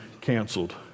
canceled